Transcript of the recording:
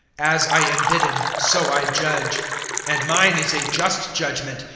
as i am bidden, so i judge and mine is a just judgement,